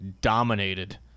dominated